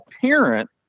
parent